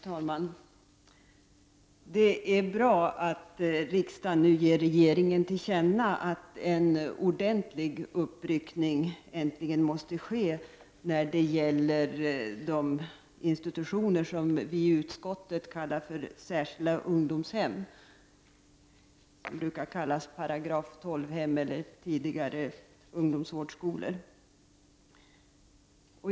Herr talman! Det är bra att riksdagen nu ger regeringen till känna att en ordentlig uppryckning äntligen måste ske när det gäller de institutioner som vi i utskottet kallar särskilda ungdomshem, de som brukar kallas § 12-hem och tidigare kallades ungdomsvårdsskolor.